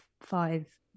five